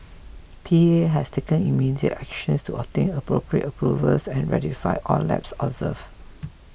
P A has taken immediate actions to obtain appropriate approvals and rectify all lapses observed